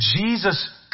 Jesus